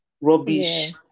Rubbish